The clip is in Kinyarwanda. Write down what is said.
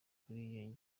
kuri